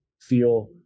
feel